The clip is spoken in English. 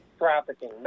trafficking